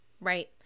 Right